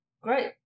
Great